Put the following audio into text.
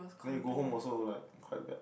then you go home also like quite bad